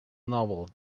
novel